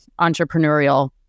entrepreneurial